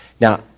Now